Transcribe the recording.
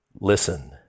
listen